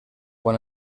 quan